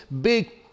big